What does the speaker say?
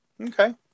okay